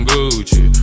Gucci